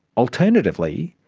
alternatively,